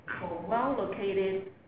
well-located